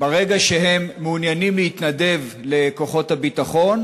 ברגע שהם מעוניינים להתנדב לכוחות הביטחון